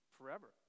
forever